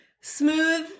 smooth